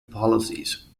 policies